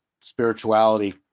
spirituality